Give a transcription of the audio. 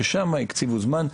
ששם הקציבו זמן.